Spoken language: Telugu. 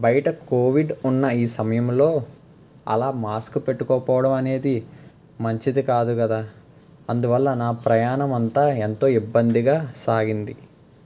బయట కోవిడ్ ఉన్న ఈ సమయంలో అలా మాస్క్ పెట్టుకోకపోవడమనేది మంచిది కాదు కదా అందువల్ల నా ప్రయాణం అంతా ఎంతో ఇబ్బందిగా సాగింది